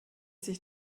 sich